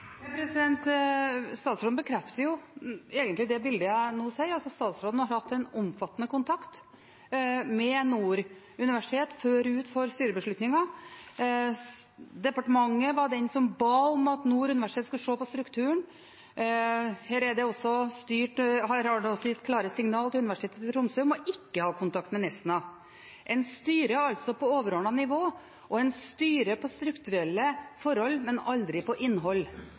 Statsråden bekrefter egentlig det bildet jeg nå gir, altså at statsråden har hatt en omfattende kontakt med Nord universitet forut for styrebeslutningen. Departementet var de som ba om at Nord universitet skulle se på strukturen. Her har en også gitt klare signaler til Universitetet i Tromsø om ikke å ha kontakt med Nesna. En styrer altså på overordnet nivå, og en styrer på strukturelle forhold, men aldri på innhold.